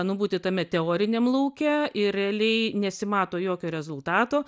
nu būti tame teoriniam lauke ir realiai nesimato jokio rezultato